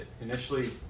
initially